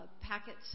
packets